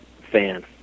fan